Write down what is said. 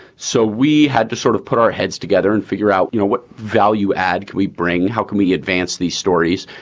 so we had to sort of put our heads together and figure out you know what value add we bring. how can we advance these stories?